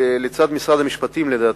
לצד משרד המשפטים, לדעתי,